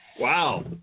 Wow